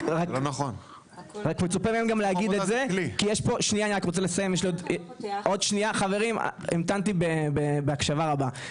רק מצופה מהם להגיד את זה כי יש פה כמה אשמים לסיפור הזה,